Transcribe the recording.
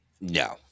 No